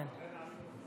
כן.